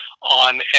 on